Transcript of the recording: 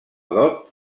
dot